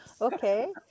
Okay